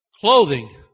Clothing